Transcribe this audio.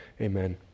Amen